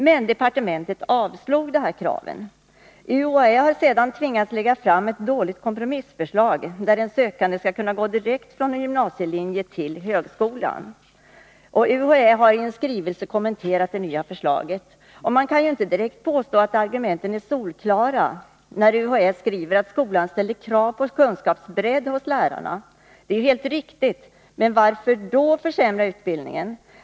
Men departementet avslog dessa krav. UHÄ har sedan tvingats lägga fram ett dåligt kompromissförslag, som innebär att den sökande skall kunna gå direkt från en gymnasielinje till högskolan. UHÄ har i en skrivelse kommenterat det nya förslaget. Man kan inte direkt påstå att argumenten är solklara, när UHÄ skriver att ”skolan ställer krav på kunskapsbredd hos lärarna”. Det är helt riktigt, men varför då försämra utbildningen?